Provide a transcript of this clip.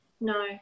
no